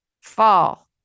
fall